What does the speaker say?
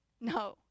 No